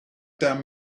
damn